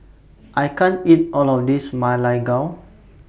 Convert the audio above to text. I can't eat All of This Ma Lai Gao